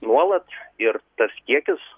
nuolat ir tas kiekis